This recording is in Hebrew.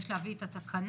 יש להביא את התקנות.